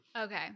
okay